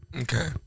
Okay